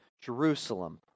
Jerusalem